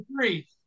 three